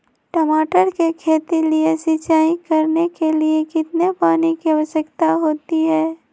टमाटर की खेती के लिए सिंचाई करने के लिए कितने पानी की आवश्यकता होती है?